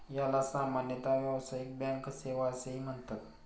याला सामान्यतः व्यावसायिक बँक सेवा असेही म्हणतात